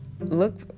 Look